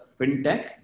FinTech